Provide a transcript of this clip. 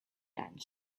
done